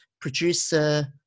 producer